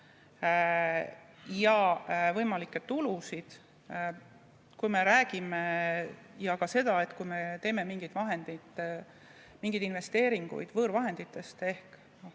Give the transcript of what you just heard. ja võimalikke tulusid, aga ka seda, et kui me teeme mingeid investeeringuid võõrvahenditest ehk